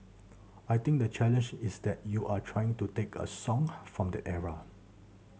I think the challenge is that you are trying to take a song from that era